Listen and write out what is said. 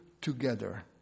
together